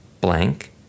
blank